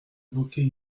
évoqués